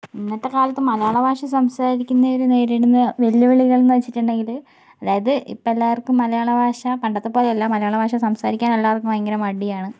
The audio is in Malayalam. ഇന്നത്തെക്കാലത്ത് മലയാള ഭാഷ സംസാരിക്കുന്നവർ നേരിടുന്ന വെല്ലുവിളികളെന്നു വെച്ചിട്ടുണ്ടെങ്കിൽ അതായത് ഇപ്പം എല്ലാവർക്കും മലയാള ഭാഷ പണ്ടത്തെപ്പോലെയല്ല മലയാള ഭാഷ സംസാരിക്കാൻ എല്ലാവർക്കും ഭയങ്കര മടിയാണ്